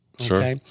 Sure